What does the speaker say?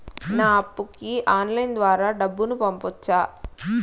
నా అప్పుకి ఆన్లైన్ ద్వారా డబ్బును పంపొచ్చా